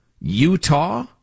Utah